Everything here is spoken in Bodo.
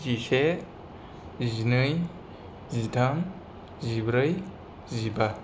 जिसे जिनै जिथाम जिब्रै जिबा